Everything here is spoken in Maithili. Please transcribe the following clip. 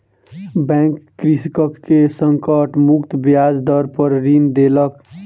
बैंक कृषक के संकट मुक्त ब्याज दर पर ऋण देलक